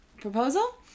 proposal